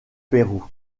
pérou